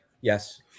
yes